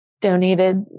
donated